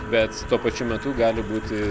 bet tuo pačiu metu gali būti